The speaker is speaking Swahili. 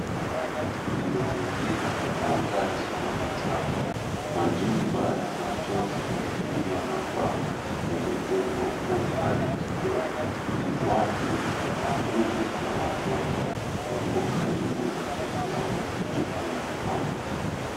Mazingira ni wakati wa mchana majumba ya matope yalio na paa yamejengwa kwa umbali kidogo watu wakubwa na watoto wako karibu na mahali kwa kuchotea maji.